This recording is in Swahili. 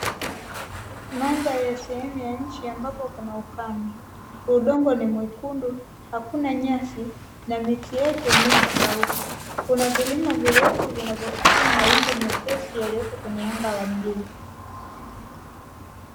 Mandhari ya sehemu ya nchi ambapo kuna ukame, udongo ni mwekundu hakuna nyasi na miti yake imeshakauka. Kuna vilima virefu vinavyofikia mawingu mepesi yaliyoko kwenye anga la bluu.